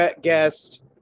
guest